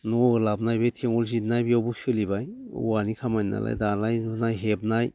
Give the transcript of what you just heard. न' लाबोनाय बे थेंगल जिरनाय बेयावबो सोलिबाय औवानि खामानि नालाय दानाय लुनाय हेबनाय